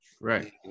Right